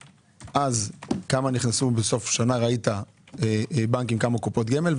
כמה נכנסו בסוף שנה ראית כמה בנקים וכמה קופות גמל,